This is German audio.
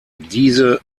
diese